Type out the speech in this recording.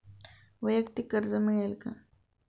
वैयक्तिक कर्ज मिळेल का?